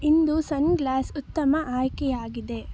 ಇಂದು sunglass ಉತ್ತಮ ಆಯ್ಕೆಯಾಗಿದೆ